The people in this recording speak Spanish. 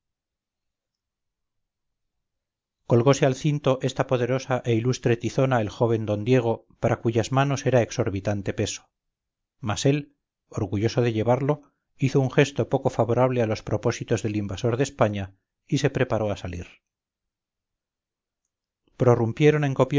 al cinto esta poderosa e ilustre tizona el joven d diego para cuyas manos era exorbitante peso mas él orgulloso de llevarlo hizo un gesto poco favorable a los propósitos del invasor de españa y se preparó a salir prorrumpieron en